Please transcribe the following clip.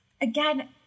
Again